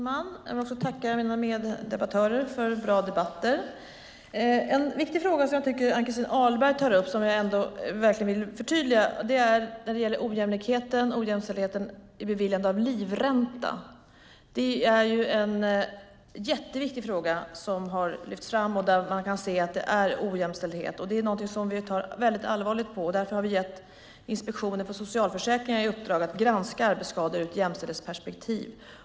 Fru talman! Jag tackar mina meddebattörer för bra debatter. Ann-Christin Ahlberg tar upp en viktig fråga som jag verkligen vill förtydliga och som gäller ojämlikheten och ojämställdheten i fråga om beviljande av livränta. Det är en mycket viktig fråga som har lyfts fram och där man kan se att det är ojämställdhet. Det är någonting som vi tar allvarligt på. Därför har vi gett Inspektionen för socialförsäkringen i uppdrag att granska arbetsskador ur ett jämställdhetsperspektiv.